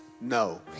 no